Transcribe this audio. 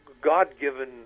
God-given